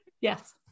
yes